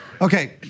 Okay